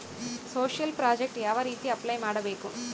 Social project ಯಾವ ರೇತಿ apply ಮಾಡಬೇಕು?